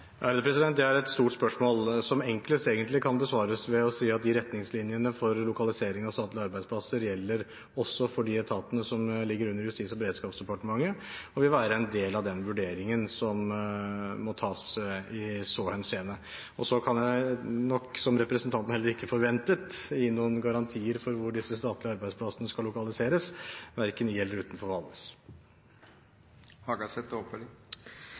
Det er et stort spørsmål som egentlig enklest kan besvares ved å si at retningslinjene for lokalisering av statlige arbeidsplasser også gjelder for de etatene som ligger under Justis- og beredskapsdepartementet, og vil være en del av den vurderingen som må tas i så henseende. Og så kan jeg nok ikke – som representanten heller ikke forventet – gi noen garantier for hvor disse statlige arbeidsplassene skal lokaliseres, verken i eller utenfor Valdres. Jeg er veldig glad for svaret med hensyn til